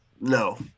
No